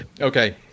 Okay